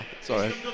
Sorry